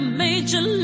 major